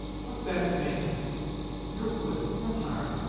what that make no good, no harm.